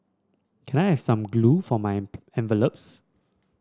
can I have some glue for my envelopes